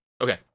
Okay